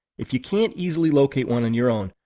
if you can't easily locate one on your own,